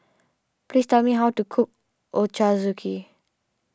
please tell me how to cook Ochazuke